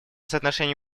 соотношение